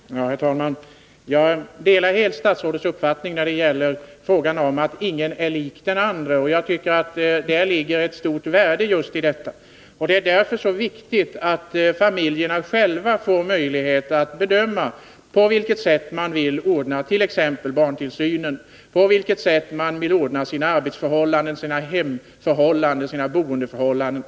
Herr talman! Jag delar helt statsrådets uppfattning att ingen är lik den andre. Jag tycker att det ligger ett stort värde just i detta. Det är därför viktigt att familjerna själva får möjlighet att bedöma på vilket sätt man vill ordna t.ex. barntillsynen, sina arbetsförhållanden, sina hemförhållanden och sina boendeförhållanden.